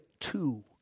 two